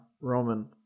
Roman